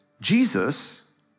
Jesus